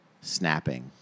snapping